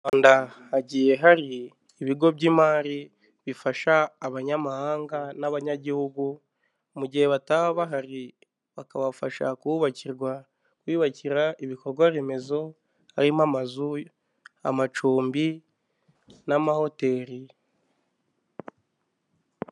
Mu Rwanda hagiye hari ibigo by'imari bifasha abanyamahanga n'abanyagihugu mu gihe bataba bahari bakabafasha kububakirwa, kwiyubakira ibikorwa remezo harimo amazu, amacumbi n'amahoteli